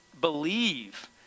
believe